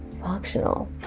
functional